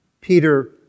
Peter